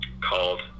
called